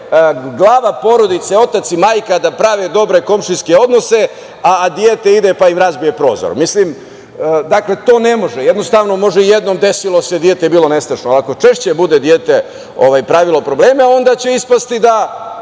glava porodice, otac i majka, da prave dobre komšijske odnose, a dete ide pa im razbije prozor. Mislim to ne može, jednostavno može jednom desilo se dete bilo nestašno, ali ali ako šeće bude dete pravilo probleme onda će ispasti da